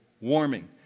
warming